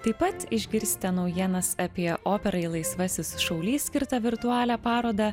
taip pat išgirsite naujienas apie operai laisvasis šaulys skirtą virtualią parodą